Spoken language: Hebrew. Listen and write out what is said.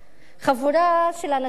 חבורה של אנשים,